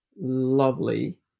lovely